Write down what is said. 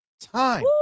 time